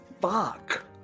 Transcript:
Fuck